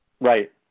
Right